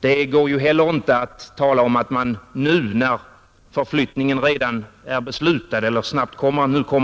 Det går heller inte att tala om att man nu, när utflyttningen kommer